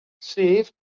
Steve